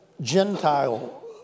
Gentile